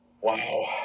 Wow